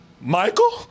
Michael